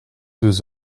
deux